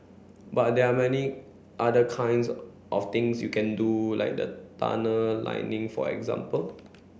but there are many other kinds of things you can do like the tunnel lining for example